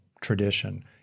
tradition